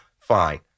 fine